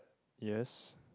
yes